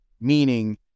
Meaning